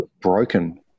broken